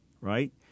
right